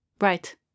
right